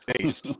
face